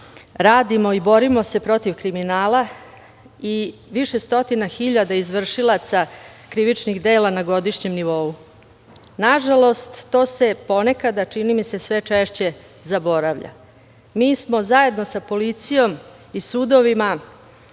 radimo i borimo se protiv kriminala i više stotina hiljada izvršilaca krivičnih dela na godišnjem nivou. Nažalost, to se ponekad, a čini mi se sve češće zaboravlja. Mi smo zajedno sa policijom i sudovima